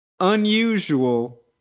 unusual